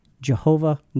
Jehovah